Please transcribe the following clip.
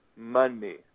money